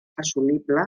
assolible